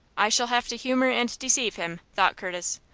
i shall have to humor and deceive him, thought curtis.